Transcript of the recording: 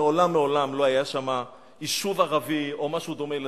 כשמעולם-מעולם לא היה שם יישוב ערבי או משהו דומה לזה.